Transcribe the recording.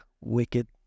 wicked